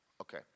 Okay